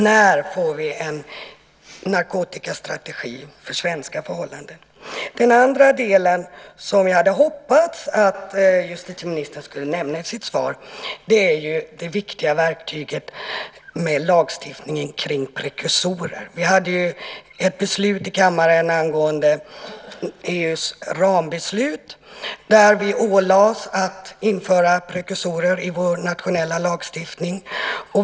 När får vi en narkotikastrategi för svenska förhållanden? Den andra delen, som jag hade hoppats att justitieministern skulle nämna i sitt svar, handlar om det viktiga verktyget med lagstiftningen kring prekursorer. Vi hade ju ett beslut i kammaren angående EU:s rambeslut, där vi ålades att ta in prekursorer i vår nationella lagstiftning.